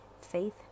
faith